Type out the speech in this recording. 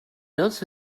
also